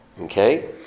okay